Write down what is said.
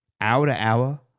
hour-to-hour